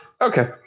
Okay